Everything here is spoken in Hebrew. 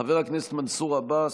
חבר הכנסת מנסור עבאס,